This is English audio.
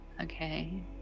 Okay